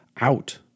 out